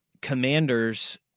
commanders